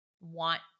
want